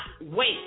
wait